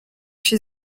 się